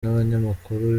n’abanyamakuru